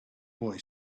boy